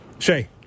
Shay